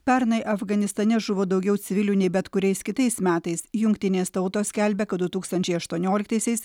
pernai afganistane žuvo daugiau civilių nei bet kuriais kitais metais jungtinės tautos skelbia kad du tūkstančiai aštuonioliktaisiais